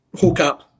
hookup